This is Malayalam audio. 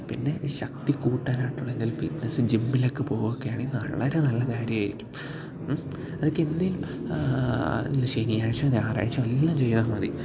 പിന്നെ ഈ ശക്തി കൂട്ടാനായിട്ടുള്ള ജിമ്മിലൊക്കെ പോവുകയോ ഒക്കെ ആണെങ്കിൽ വളരെ നല്ല കാര്യമായിരിക്കും അതൊക്കെ എന്തേലും അല്ലേ ശനിയാഴ്ചയോ ഞാറാഴ്ചയോ എല്ലാം ചെയ്താൽ മതി